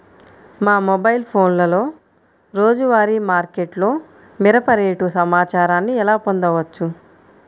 మా మొబైల్ ఫోన్లలో రోజువారీ మార్కెట్లో మిరప రేటు సమాచారాన్ని ఎలా పొందవచ్చు?